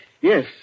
Yes